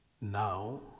now